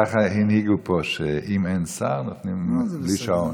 ככה הנהיגו פה, שאם אין שר נותנים, בלי שעון.